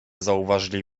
zauważyli